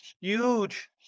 huge